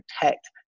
protect